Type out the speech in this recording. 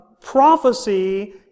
prophecy